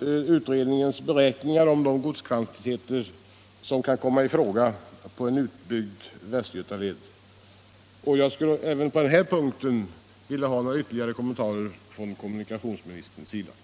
utredningens beräkningar av de godskvantiteter som kan komma i fråga för en utbyggd Västgötaled. Jag skulle även på den punkten vilja ha en kommentar av kommunikationsministern.